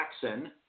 Jackson